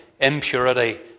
impurity